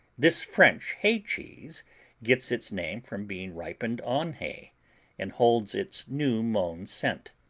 this french hay cheese gets its name from being ripened on hay and holds its new-mown scent.